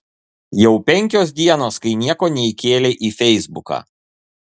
jau penkios dienos kai nieko neįkėlei į feisbuką